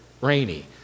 Rainy